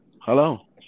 hello